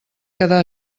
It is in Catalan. quedar